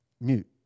mute